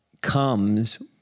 comes